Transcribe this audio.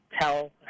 tell